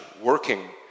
working